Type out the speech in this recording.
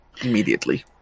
immediately